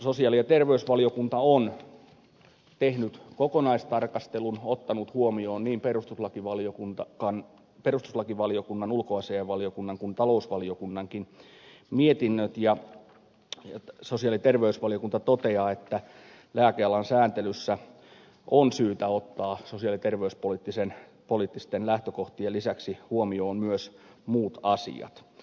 sosiaali ja terveysvaliokunta on tehnyt kokonaistarkastelun ottanut huomioon niin perustuslakivaliokunnan ulkoasiainvaliokunnan kuin talousvaliokunnankin lausunnot ja sosiaali ja terveysvaliokunta toteaa että lääkealan sääntelyssä on syytä ottaa sosiaali ja terveyspoliittisten lähtökohtien lisäksi huomioon myös muut asiat